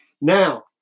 Now